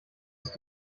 ist